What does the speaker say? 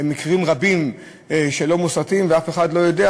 מקרים רבים שלא מוסרטים ואף אחד לא יודע,